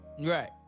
right